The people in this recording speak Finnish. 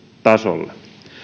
tasolle